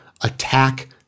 attack